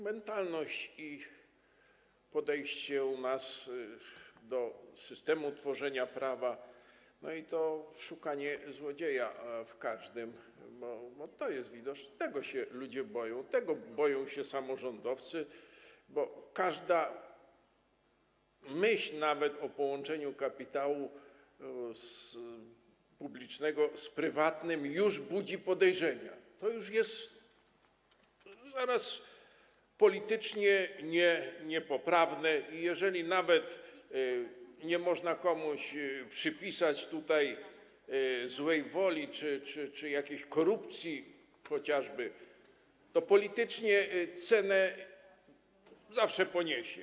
Mentalność i podejście u nas do systemu tworzenia prawa, i to szukanie złodzieja w każdym jest widoczne, tego się ludzie boją, tego boją się samorządowcy, bo każda myśl, nawet o połączeniu kapitału publicznego z prywatnym, już budzi podejrzenia, już jest zaraz politycznie niepoprawna i jeżeli nawet nie można komuś przypisać tutaj złej woli czy chociażby jakieś korupcji, to polityczną cenę zawsze się poniesie.